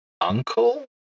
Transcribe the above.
uncle